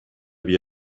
wie